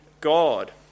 God